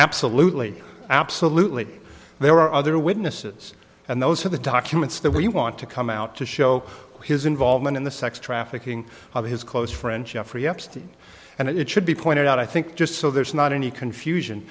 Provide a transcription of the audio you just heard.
absolutely absolutely there are other witnesses and those are the documents that we want to come out to show his involvement in the sex trafficking of his close friend jeffrey epstein and it should be pointed out i think just so there's not any confusion